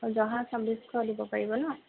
জহা ছাব্বিছশ দিব পাৰিব ন